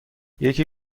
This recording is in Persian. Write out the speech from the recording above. یکی